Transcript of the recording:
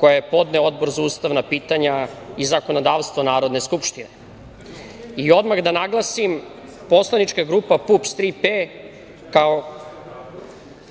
koja je podneo Odbor za ustavna pitanja i zakonodavstvo Narodne skupštine. Odmah da naglasim, Poslanička grupa PUPS